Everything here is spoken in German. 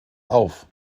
auf